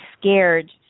scared